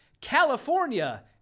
California